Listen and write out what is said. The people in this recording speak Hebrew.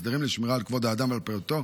הסדרים לשמירה על כבוד האדם ועל פרטיותו